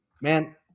Man